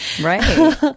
right